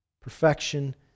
Perfection